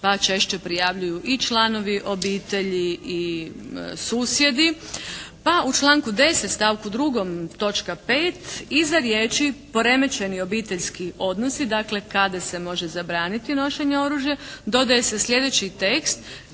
pa češće prijavljuju i članovi obitelji i susjedi, pa u članku 10. stavku 2. točka 5. iza riječi “poremećeni obiteljski odnosi“, dakle kada se može zabraniti nošenje oružja dodaje se slijedeći tekst